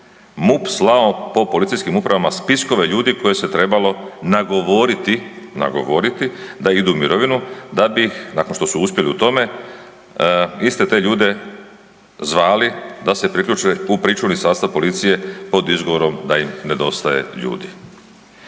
MUP slao po policijskim upravama spiskove ljudi koje se trebalo nagovoriti, nagovoriti da idu u mirovinu da bi ih, nakon što su uspjeli u tome, iste te ljude zvali da se priključe u pričuvni sastav policije pod izgovorom da im nedostaje ljudi.